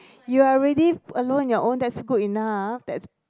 you are really alone in your own that's good enough that's